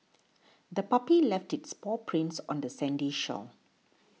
the puppy left its paw prints on the sandy shore